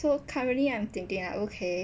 so currently I'm thinking like okay